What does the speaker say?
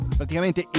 praticamente